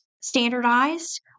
standardized